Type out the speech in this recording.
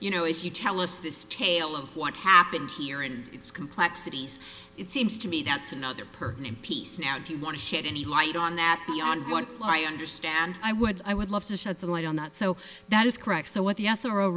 you know if you tell us this tale of what happened here and it's complexities it seems to me that's another person in peace now do you want to shed any light on that beyond what i understand i would i would love to shed some light on that so that is correct so what the